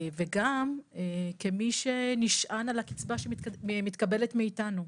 וגם כמי שנשען על הקצבה שמתקבלת מאיתנו.